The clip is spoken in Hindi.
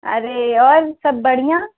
अरे और सब बढ़िया